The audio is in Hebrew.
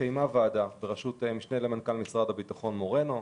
התכנסה ועדה ברשות המשנה למנכ"ל משהב"ט, מר מורנו.